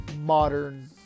modern